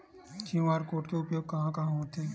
QR code के उपयोग कहां कहां होथे?